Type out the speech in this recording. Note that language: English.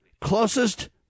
closest